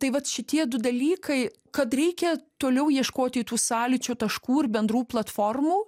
tai vat šitie du dalykai kad reikia toliau ieškoti tų sąlyčio taškų ir bendrų platformų